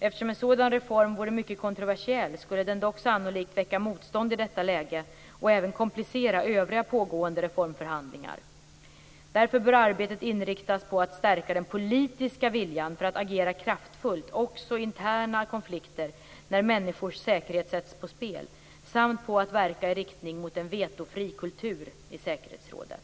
Eftersom en sådan reform vore mycket kontroversiell skulle den dock sannolikt väcka starkt motstånd i detta läge och även komplicera övriga pågående reformförhandlingar. Däremot bör arbetet inriktas på att stärka den politiska viljan att agera kraftfullt också i interna konflikter när människors säkerhet sätts på spel samt på att verka i riktning mot en vetofri kultur i säkerhetsrådet.